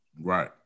Right